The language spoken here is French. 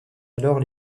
alors